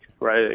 right